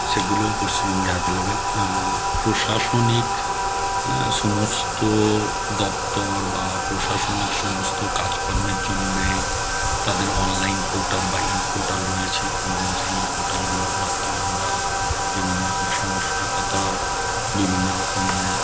সেগুলো পশ্চিমবঙ্গে অ্যাভেলেবেল প্রশাসনিক সমস্ত দপ্তর বা প্রশাসনিক সমস্ত কাজকর্মের জন্যে তাদের অনলাইন পোর্টাল বা ই পোর্টাল রয়েছে এবং সেই ই পোর্টালগুলোর মাধ্যমে আমরা বিভিন্ন রকম সমস্যার কথা বিভিন্ন রকম